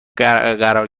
قرار